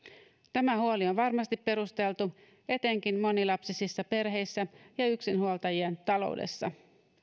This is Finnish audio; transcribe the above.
tämä huoli on varmasti perusteltu etenkin monilapsisissa perheissä ja yksinhuoltajien taloudessa